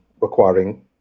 requiring